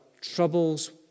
troubles